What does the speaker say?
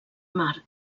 mar